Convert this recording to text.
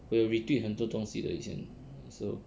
我有 retweet 很多东西的以前 so